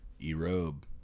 E-robe